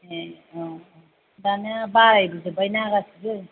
ए औ दानिया बारायजोब्बाय ना गासैबो